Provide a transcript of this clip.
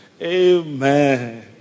amen